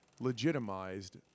legitimized